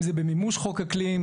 אם זה במימוש חוק אקלים,